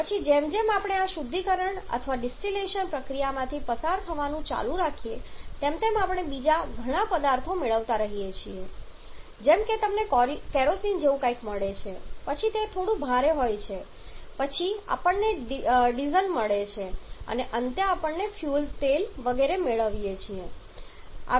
પછી જેમ જેમ આપણે આ શુદ્ધિકરણ અથવા ડિસ્ટિલેશન પ્રક્રિયામાંથી પસાર થવાનું ચાલુ રાખીએ છીએ તેમ તેમ આપણે બીજા ઘણા પદાર્થો મેળવતા રહીએ છીએ જેમ કે તમને કેરોસીન જેવું કંઈક મળે છે પછી થોડું ભારે હોય છે પછી આપણને ડીઝલ મળે છે અને અંતે આપણે ફ્યુઅલ તેલ વગેરે મેળવીએ છીએ